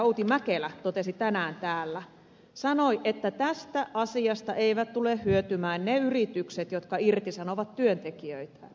outi mäkelä totesi tänään täällä sanoessaan että tästä asiasta eivät tule hyötymään ne yritykset jotka irtisanovat työntekijöitään